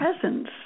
presence